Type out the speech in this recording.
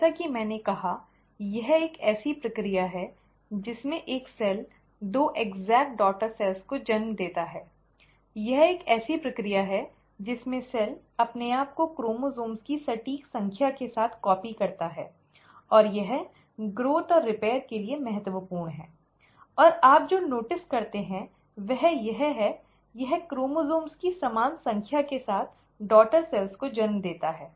जैसा कि मैंने कहा यह एक ऐसी प्रक्रिया है जिसमें एक सेल दो सटीक डॉटर सेल्स को जन्म देता है यह एक ऐसी प्रक्रिया है जिसमें सेल अपने आप को क्रोमोसोम्स की सटीक संख्या के साथ कॉपी करता है और यह ग्रोथ और रिपेयर के लिए महत्वपूर्ण है और आप जो नोटिस करते हैं वह यह है यह क्रोमोसोम्स की समान संख्या के साथ डॉटर सेल्स को जन्म देता है